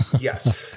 yes